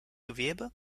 gewebe